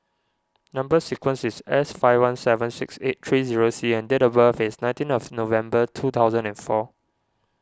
Number Sequence is S five one seven six eight three zero C and date of birth is nineteen of November two thousand and four